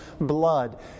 blood